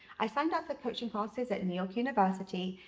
i signed up for coaching classes at new york university,